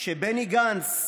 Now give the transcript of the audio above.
שבני גנץ,